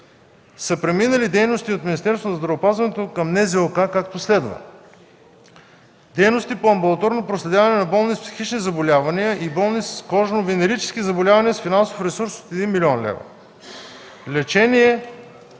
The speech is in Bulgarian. са преминали дейности от Министерството на здравеопазването към НЗОК, както следва: дейности по амбулаторно проследяване на болни с психични заболявания и болни с кожно-венерически заболявания с финансов ресурс 1 млн. лв., лечение,